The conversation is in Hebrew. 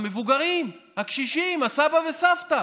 המבוגרים, הקשישים, סבא וסבתא.